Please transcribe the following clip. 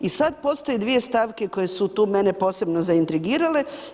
I sad postoje 2 stavke koje su tu mene posebno zaintrigirale.